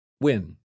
Win